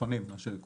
הרחפנים מה שנקרא.